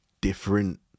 different